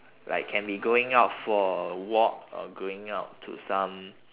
like can be going out for walk or going out to some